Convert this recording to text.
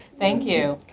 thank you.